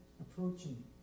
approaching